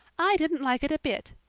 i didn't like it a bit.